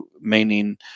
meaning